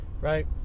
right